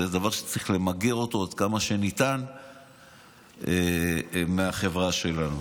זה דבר שצריך למגר אותו עד כמה שניתן מהחברה שלנו.